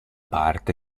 parte